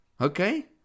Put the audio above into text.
Okay